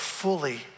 fully